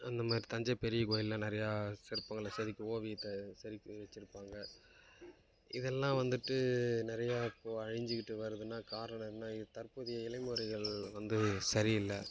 அந்தமாதிரி தஞ்சை பெரிய கோவில்ல நிறையா சிற்பங்களில் செதுக்கி ஓவியத்தை சரி பண்ணி வெச்சிருப்பாங்க இதெல்லாம் வந்துவிட்டு நிறையா இப்போது அழிஞ்சுக்கிட்டு வருதுன்னா காரணம் என்ன இது தற்போதைய இளைமுறைகள் வந்து சரி இல்லை